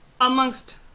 amongst